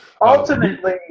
ultimately